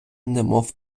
немов